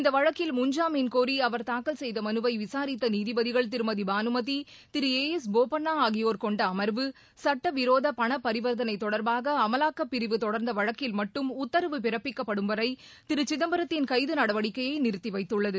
இந்த வழக்கில் முன்ஜாமீன் கோரி அவர் தாக்கல் செய்த மனுவை விசாரித்த நீதிபதிகள் திருமதி பானுமதி திரு ஏ எஸ் போபண்ணா ஆகியோர் கொண்ட அமர்வு சட்டவிரோத பணபரிவர்த்தனை தொடர்பாக அமலாக்கப்பிரிவு தொடர்ந்த வழக்கில் மட்டும் உத்தரவு பிறப்பிக்கப்படும் வரை திரு சிதம்பரத்தின் கைது நடவடிக்கையை நிறுத்திவைத்துள்ளது